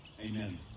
Amen